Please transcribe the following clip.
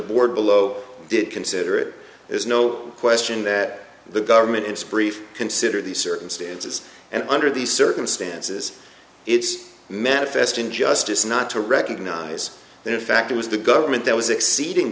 board below did consider there's no question that the government and sprit consider these circumstances and under these circumstances it's manifest injustice not to recognise that in fact it was the government that was exceeding